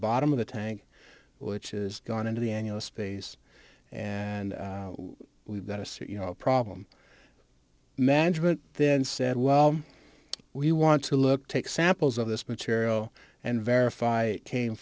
bottom of the tank which is gone into the annulus space and we've got to see you know a problem management then said well we want to look take samples of this material and verify came